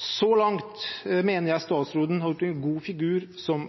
Så langt mener jeg statsråden har gjort en god figur som